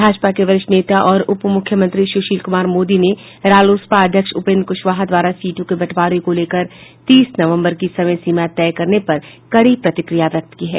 भाजपा के वरिष्ठ नेता और उपमुख्यमंत्री सुशील कुमार मोदी ने रालोसपा अध्यक्ष उपेंद्र क्शवाहा द्वारा सीटों के बंटवारे को लेकर तीस नवंबर की समय सीमा तय करने पर कडी प्रतिक्रिया व्यक्त की है